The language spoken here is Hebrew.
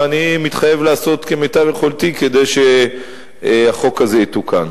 ואני מתחייב לעשות כמיטב יכולתי כדי שהחוק הזה יתוקן.